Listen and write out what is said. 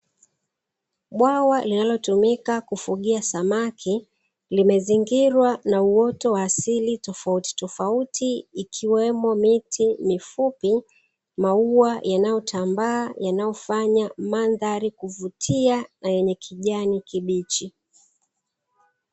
Bwawa linalotumika kufugia samaki limezingirwa na uoto wa asili tofauti tofauti ikiwemo miti mifupi, maua yanayotambaa yanayofanya mandhari kuvutia na yenye kijani kibichi.